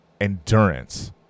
endurance